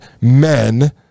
men